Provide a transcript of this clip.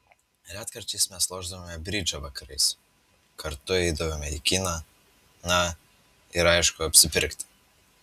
retkarčiais mes lošdavome bridžą vakarais kartu eidavome į kiną na ir aišku apsipirkti